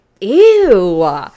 ew